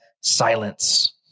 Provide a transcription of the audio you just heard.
silence